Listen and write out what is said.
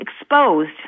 exposed